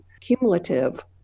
cumulative